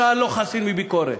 צה"ל לא חסין מביקורת.